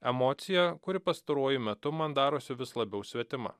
emocija kuri pastaruoju metu man darosi vis labiau svetima